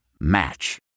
Match